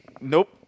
Nope